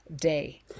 day